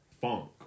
Funk